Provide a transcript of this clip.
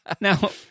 now